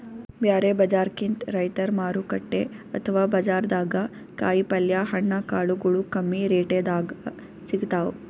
ಬ್ಯಾರೆ ಬಜಾರ್ಕಿಂತ್ ರೈತರ್ ಮಾರುಕಟ್ಟೆ ಅಥವಾ ಬಜಾರ್ದಾಗ ಕಾಯಿಪಲ್ಯ ಹಣ್ಣ ಕಾಳಗೊಳು ಕಮ್ಮಿ ರೆಟೆದಾಗ್ ಸಿಗ್ತಾವ್